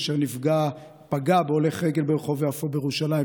אשר פגע בהולך רגל ברחוב יפו בירושלים,